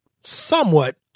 somewhat